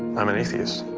i'm an atheist